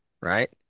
right